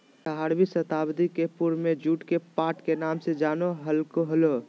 आठारहवीं शताब्दी के पूर्व में जुट के पाट के नाम से जानो हल्हो